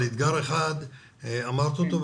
אבל אתגר אחד אמרת אותו.